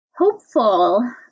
hopeful